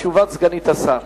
תשובת סגנית השר.